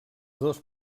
dos